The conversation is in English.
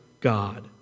God